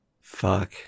Fuck